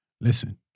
listen